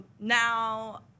now